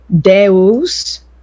Deus